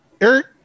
Eric